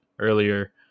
earlier